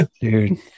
Dude